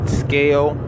scale